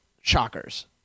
Shockers